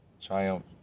triumph